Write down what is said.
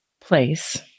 place